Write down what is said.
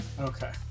Okay